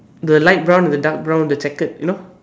the light brown and the dark brown the checkered you know